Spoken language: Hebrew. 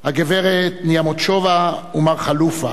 הגברת נימצ'ובה ומר חלופה,